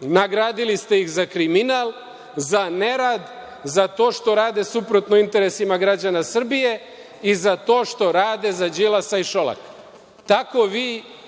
nagradili ste ih za kriminal, za nerad, za to što rade suprotno interesima građana Srbije i za to što rade za Đilasa i Šolaka. Tako vi